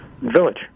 Village